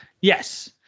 yes